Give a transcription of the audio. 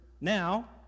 now